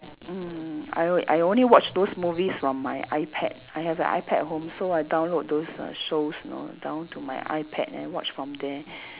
mm I o~ I only watch those movies from my iPad I have a iPad at home so I download those uh shows you know download to my iPad then watch from there